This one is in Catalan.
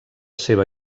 seva